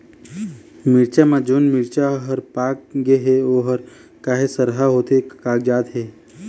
मिरचा म जोन मिरचा हर पाक गे हे ओहर काहे सरहा होथे कागजात हे?